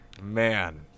man